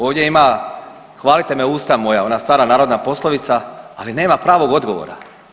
Ovdje ima „hvalite me usta moja“ ona stara narodna poslovica, ali nema pravog odgovora.